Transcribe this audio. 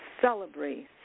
celebrate